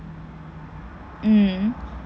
mm